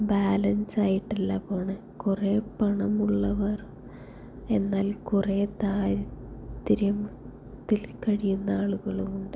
balance ആയിട്ടല്ല പോവുന്നത് കുറേ പണമുള്ളവർ എന്നാൽ കുറേ ദാരിദ്ര്യത്തിൽ കഴിയുന്ന ആളുകളും ഉണ്ട്